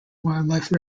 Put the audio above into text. wildlife